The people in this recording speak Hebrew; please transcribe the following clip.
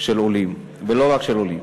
של עולים, ולא רק של עולים.